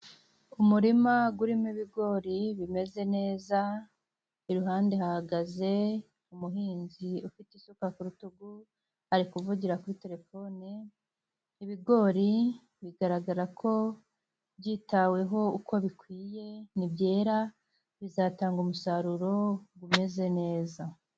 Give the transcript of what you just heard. Umurima urimo ibigori bimeze neza, iruhande hahagaze umuhinzi ufite isuka ku rutugu, ari kuvugira kuri terefone, ibigori bigaragara ko byitaweho uko bikwiye, nibyera bizatanga umusaruro umeze neza.